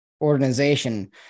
organization